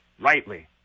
rightly